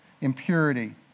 impurity